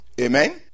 Amen